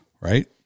Right